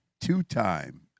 two-time